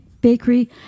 bakery